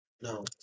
No